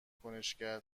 کنشگر